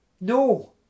no